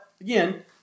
again